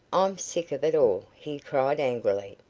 i'm sick of it all, he cried, angrily.